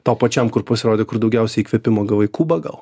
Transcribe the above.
tau pačiam kur pasirodė kur daugiausiai įkvėpimo gavai kuba gal